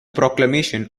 proclamation